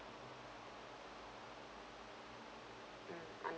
mm understand